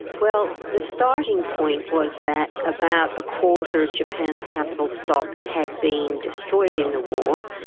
well, the starting point was that about a quarter of japan's capital stock had been destroyed in the war,